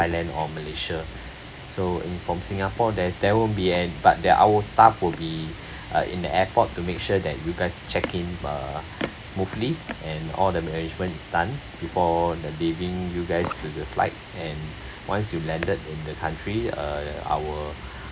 thailand or malaysia so in from singapore there's there won't be any but that our staff will be uh in the airport to make sure that you guys check-in uh smoothly and all the management is done before the leaving you guys to the flight and once you've landed in the country uh our